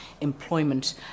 employment